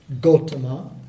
Gautama